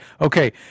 Okay